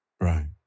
Right